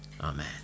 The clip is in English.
Amen